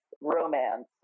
romance